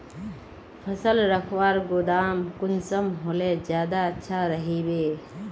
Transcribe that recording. फसल रखवार गोदाम कुंसम होले ज्यादा अच्छा रहिबे?